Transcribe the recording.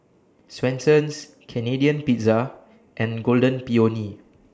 Swensens Canadian Pizza and Golden Peony